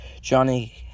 Johnny